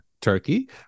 turkey